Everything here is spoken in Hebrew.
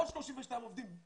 עוד 32 עובדים,